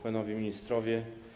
Panowie Ministrowie!